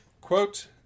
Quote